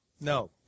No